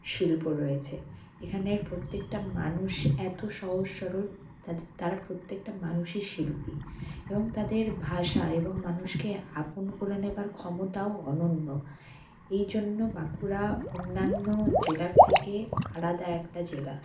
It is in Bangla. শিল্প রয়েছে এখানের প্রত্যেকটা মানুষ এত সহজ সরল তাদের তারা প্রত্যেকটা মানুষই শিল্পী এবং তাদের ভাষা এবং মানুষকে আপন করে নেবার ক্ষমতাও অনন্য এই জন্য বাঁকুড়া অন্যান্য জেলার থেকে আলাদা একটা জেলা